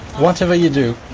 whatever you do,